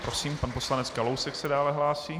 Prosím, pan poslanec Kalousek se dále hlásí.